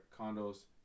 condos